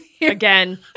Again